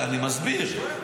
אני מסביר.